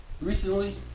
Recently